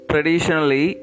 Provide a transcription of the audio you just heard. Traditionally